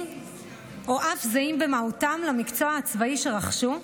או אף זהים במהותם למקצוע הצבאי שרכשו,